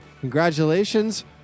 Congratulations